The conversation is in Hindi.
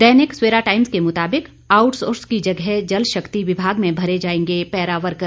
दैनिक सवेरा टाइम्स के मुताबिक आउटसोर्स की जगह जल शक्ति विभाग में भरे जाएंगे पैरा वर्कर